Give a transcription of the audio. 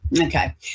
Okay